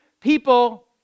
people